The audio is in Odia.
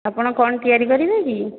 ଆପଣ କ'ଣ ତିଆରି କରିବେ କି